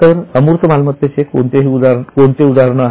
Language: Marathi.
तर अमूर्त मालमत्तेचे कोणती उदाहरण आहेत